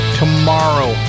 tomorrow